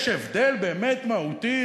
יש הבדל באמת מהותי,